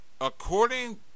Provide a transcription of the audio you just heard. According